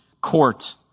court